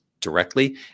directly